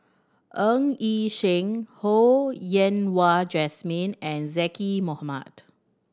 Ng Yi Sheng Ho Yen Wah Jesmine and Zaqy Mohamad